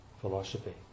philosophy